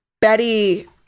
betty